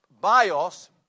bios